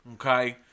Okay